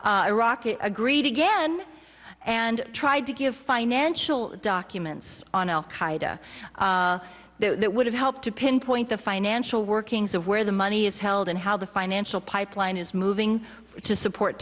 it agreed again and tried to give financial documents on al qaeda that would have helped to pinpoint the financial workings of where the money is held and how the financial pipeline is moving to support